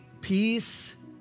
peace